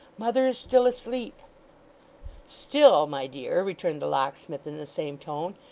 mother is still asleep still, my dear returned the locksmith in the same tone.